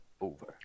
over